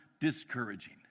discouraging